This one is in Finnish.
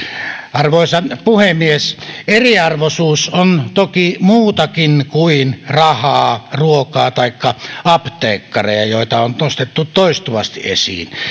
arvoisa puhemies eriarvoisuus on toki muutakin kuin rahaa ruokaa taikka apteekkareja joita on nostettu toistuvasti esiin